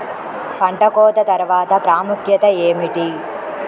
పంట కోత తర్వాత ప్రాముఖ్యత ఏమిటీ?